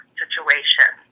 situation